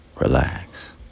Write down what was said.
Relax